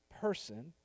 person